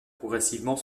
progressivement